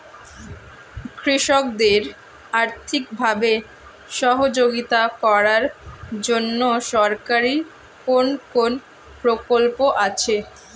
কৃষকদের আর্থিকভাবে সহযোগিতা করার জন্য সরকারি কোন কোন প্রকল্প আছে?